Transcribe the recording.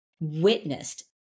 witnessed